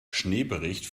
schneebericht